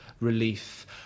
relief